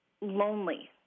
lonely